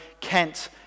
Kent